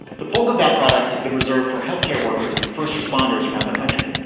the bulk of that product has been reserved for health care workers and first responders around the country.